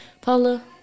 Paula